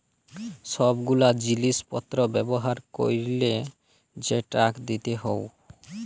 সব গুলা জিলিস পত্র ব্যবহার ক্যরলে যে ট্যাক্স দিতে হউ